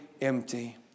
empty